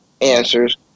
answers